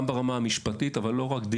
גם ברמה המשפטית אבל לא רק.